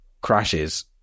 crashes